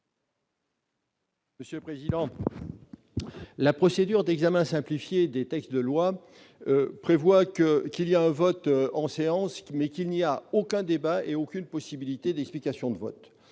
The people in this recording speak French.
Monsieur le président, la procédure d'examen simplifié des textes de loi prévoit un vote en séance, mais sans aucun débat ni aucune possibilité d'explication de vote.